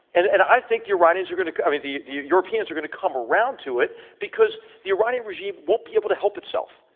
and and i think the iranians are going to i mean the the europeans are going to come around to it because the iranian regime won't be able to help itself.